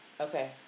Okay